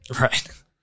Right